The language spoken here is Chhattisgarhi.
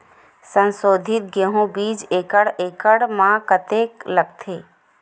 संसोधित गेहूं बीज एक एकड़ म कतेकन लगथे?